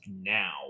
now